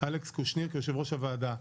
אלכס קושניר כיושב-ראש הוועדה".